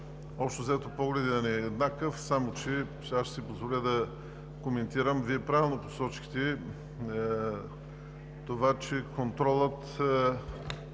общо взето погледът ни е еднакъв, само че ще си позволя да коментирам. Вие правилно посочихте, че контролът